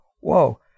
Whoa